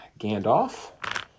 Gandalf